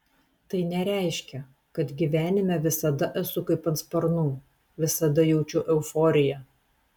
tai nereiškia kad gyvenime visada esu kaip ant sparnų visada jaučiu euforiją